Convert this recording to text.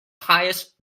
pious